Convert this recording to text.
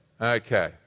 okay